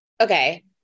Okay